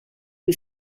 que